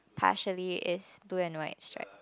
partially is blue and white stripe